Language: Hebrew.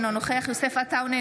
אינו נוכח יוסף עטאונה,